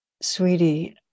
Sweetie